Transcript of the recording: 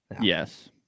yes